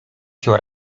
się